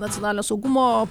nacionalinio saugumo